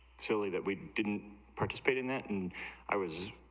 silly that we'd didn't participate in that and i was,